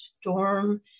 storm